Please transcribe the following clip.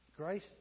Grace